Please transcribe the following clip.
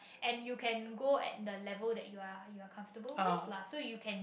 and you can go at the level that you're you're comfortable with lah so you can